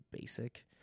basic